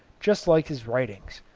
just like his writings,